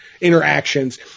interactions